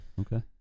Okay